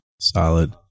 Solid